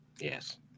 Yes